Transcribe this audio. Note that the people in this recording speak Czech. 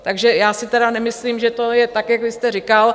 Takže já si tedy nemyslím, že to je tak, jak vy jste říkal.